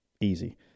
easy